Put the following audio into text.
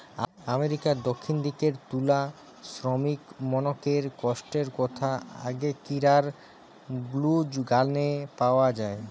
আমেরিকার দক্ষিণ দিকের তুলা শ্রমিকমনকের কষ্টর কথা আগেকিরার ব্লুজ গানে পাওয়া যায়